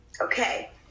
Okay